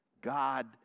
God